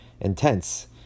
intense